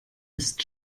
ist